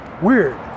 Weird